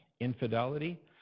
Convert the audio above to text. infidelity